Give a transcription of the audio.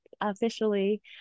officially